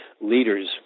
leaders